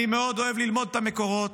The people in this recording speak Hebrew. אני מאוד אוהב ללמוד את המקורות.